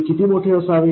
ते किती मोठे असावे